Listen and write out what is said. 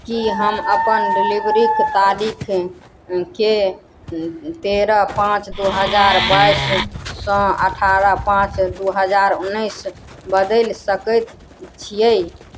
की हम अपन डिलीवरीक तारीखकेँ तेरह पाँच दू हजार बाइससँ अठारह पाँच दू हजार उन्नैस बदलि सकैत छियै